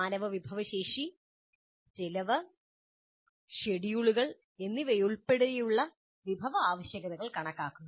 മാനവ വിഭവശേഷി ചെലവ് ഷെഡ്യൂളുകൾ എന്നിവയുൾപ്പെടെയുള്ള വിഭവ ആവശ്യകതകൾ കണക്കാക്കുക